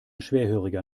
schwerhöriger